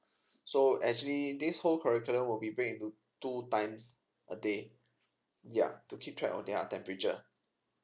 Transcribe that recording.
so actually this whole curriculum will be bring into two times a day yea to keep track on their temperature